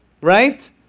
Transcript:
Right